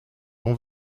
bon